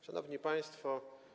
Szanowni Państwo!